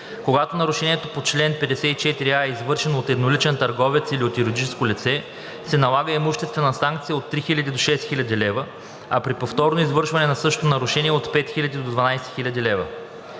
Когато нарушението по чл. 54а е извършено от едноличен търговец или от юридическо лице, се налага имуществена санкция от 3000 до 6000 лв., а при повторно извършване на същото нарушение – от 5000 до 12 000 лв.“